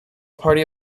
party